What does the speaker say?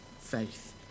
faith